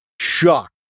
shocked